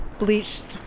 bleached